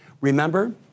remember